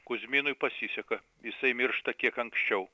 kuzminui pasiseka jisai miršta kiek anksčiau